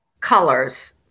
colors